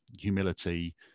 humility